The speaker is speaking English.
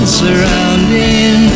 surrounding